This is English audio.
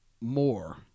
more